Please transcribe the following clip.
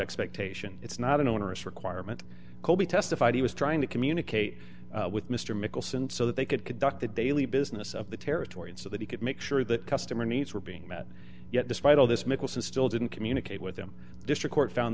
expectation it's not an onerous requirement coby testified he was trying to communicate with mr mickelson so that they could conduct the daily business of the territory and so that he could make sure that customer needs were being met yet despite all this mickelson still didn't communicate with him district court found